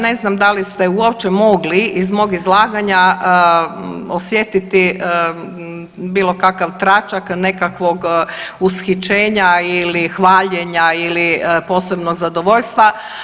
Ne znam da li ste uopće mogli iz mog izlaganja osjetiti bilo kakav tračak nekakvog ushićenja ili hvaljenja ili posebnog zadovoljstva.